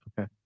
Okay